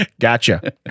Gotcha